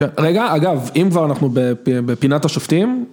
רגע, אגב, אם כבר אנחנו בפינת השופטים...